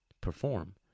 perform